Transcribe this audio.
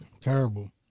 Terrible